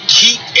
keep